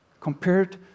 compared